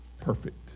perfect